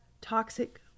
toxic